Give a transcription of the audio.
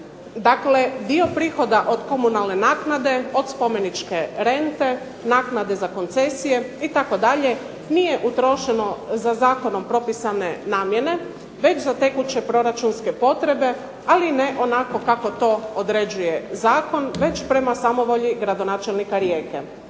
Dakle, dio prihoda od komunalne naknade, od spomeničke rente, naknade za koncesije itd., nije utrošeno za zakonom propisane namjene već za tekuće proračunske potrebe ali ne onako kako to određuje Zakon već prema samovolji gradonačelnika Rijeke.